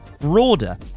broader